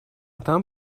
там